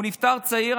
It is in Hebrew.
הוא נפטר צעיר.